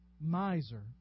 Miser